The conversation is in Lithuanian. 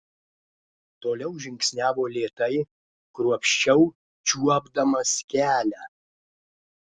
toliau žingsniavo lėtai kruopščiau čiuopdamas kelią